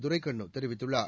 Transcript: துரைகண்ணு தெரிவித்துள்ளார்